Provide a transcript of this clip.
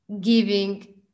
giving